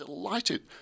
Delighted